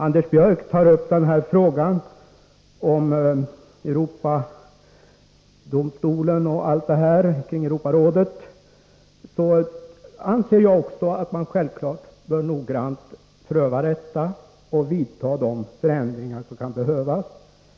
Anders Björck tar upp frågor kring Europadomstolen och Europarådet. Jag anser självfallet också att man noggrant bör pröva detta och vidta de förändringar som kan behövas.